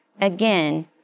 again